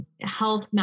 health